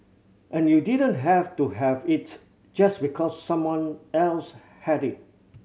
and you didn't have to have it just because someone else had it